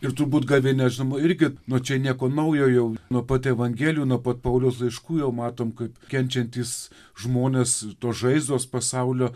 ir turbūt gavėnia žinoma irgi na čia nieko naujo jau nuo pat evangelijų nuo pat pauliaus laiškų jau matom kaip kenčiantys žmonės tos žaizdos pasaulio